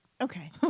Okay